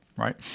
right